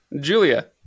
Julia